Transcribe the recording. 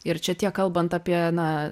ir čia tiek kalbant apie na